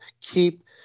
keep